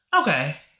okay